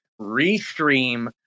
restream